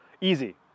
Easy